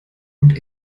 und